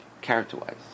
character-wise